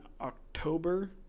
October